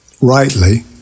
rightly